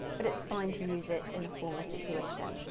but it's fine to use it in a formal situation.